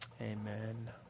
Amen